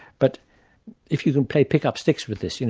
but if you can play pick up sticks with this, you know,